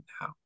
now